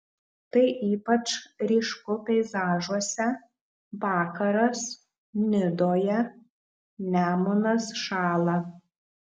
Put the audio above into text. tai ypač ryšku peizažuose vakaras nidoje nemunas šąla